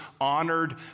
honored